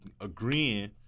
agreeing